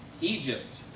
Egypt